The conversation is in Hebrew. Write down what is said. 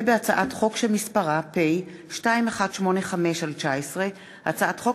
הצעת חוק מינוי יועץ משפטי למשטרה ולשירות בתי-הסוהר (תיקוני חקיקה),